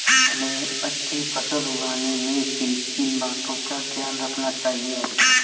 हमें अच्छी फसल उगाने में किन किन बातों का ध्यान रखना चाहिए?